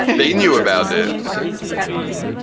they knew about it excellent